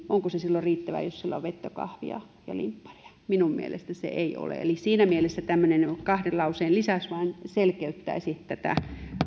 onko se silloin riittävä jos siellä on vettä kahvia ja limpparia minun mielestä se ei ole eli siinä mielessä tämmöinen kahden lauseen lisäys vain selkeyttäisi tätä